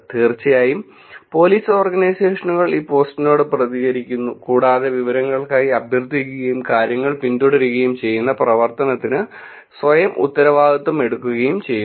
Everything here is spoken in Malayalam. തീർച്ചയായും പോലീസ് ഓർഗനൈസേഷനുകൾ ഈ പോസ്റ്റിനോട് പ്രതികരിക്കുന്നു കൂടാതെ വിവരങ്ങൾക്കായി അഭ്യർത്ഥിക്കുകയും കാര്യങ്ങൾ പിന്തുടരുകയും ചെയ്യുന്ന പ്രവർത്തനത്തിന് സ്വയം ഉത്തരവാദിത്തമെടുക്കുകയും ചെയ്യുന്നു